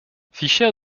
fischer